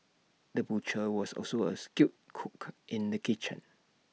the butcher was also A skilled cook in the kitchen